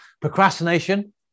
Procrastination